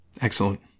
Excellent